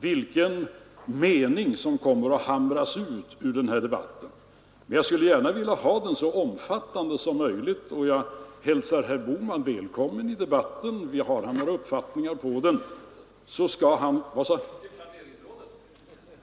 vilken mening som kommer att hamras ut ur den debatten. Men jag vill gärna ha den så omfattande som möjligt. Och jag hälsar herr Bohman välkommen i den debatten, om han har några uppfattningar att redovisa.